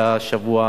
היה שבוע קטלני,